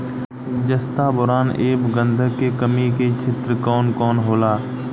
जस्ता बोरान ऐब गंधक के कमी के क्षेत्र कौन कौनहोला?